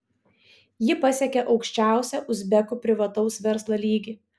ji pasiekė aukščiausią uzbekų privataus verslo lygį